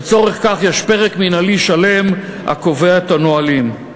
לצורך זה יש פרק מינהלי שלם הקובע את הנהלים.